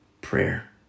Prayer